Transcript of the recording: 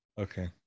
Okay